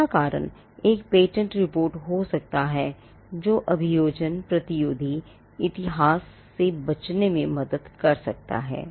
चौथा कारण एक पेटेंट रिपोर्ट हो सकता है जो अभियोजन प्रतिरोधी इतिहास से बचने में मदद कर सकती है